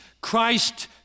Christ